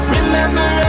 Remember